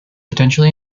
potentially